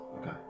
Okay